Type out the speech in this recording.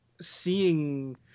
seeing